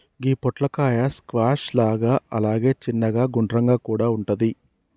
గి పొట్లకాయ స్క్వాష్ లాగా అలాగే చిన్నగ గుండ్రంగా కూడా వుంటది